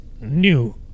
new